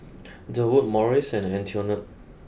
Durwood Morris and Antionette